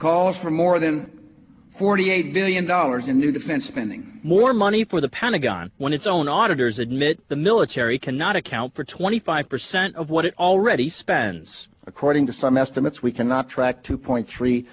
calls for more than forty eight billion dollars in new defense spending more money for the pentagon when its own auditors admit the military cannot account for twenty five percent of what it already spends according to some estimates we cannot track two point three